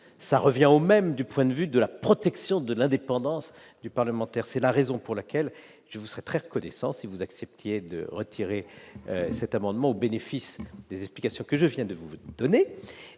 rien du point de vue de la protection de l'indépendance du parlementaire. C'est la raison pour laquelle je vous serais très reconnaissant si vous acceptiez de retirer votre amendement au bénéfice des explications que je vous ai apportées.